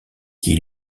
qui